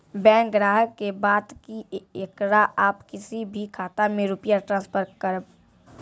Bank ग्राहक के बात की येकरा आप किसी भी खाता मे रुपिया ट्रांसफर करबऽ?